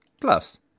Plus